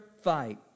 fight